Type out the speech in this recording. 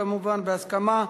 כמובן בהסכמה: